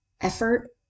effort